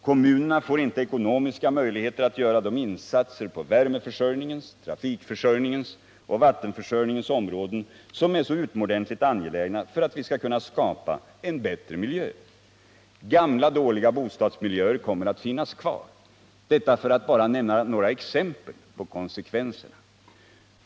Kommunerna får inte ekonomiska möjligheter att göra de insatser på värmeförsörjningens, trafikförsörjningens och vattenförsörjningens områden som är så utomordentligt angelägna för att vi skall kunna skapa en bättre miljö. Gamla bostadsmiljöer kommer att finnas kvar. Detta för att bara nämna några exempel på konsekvenserna.